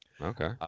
Okay